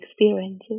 experiences